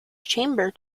chamber